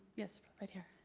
yes, right here.